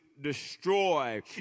destroy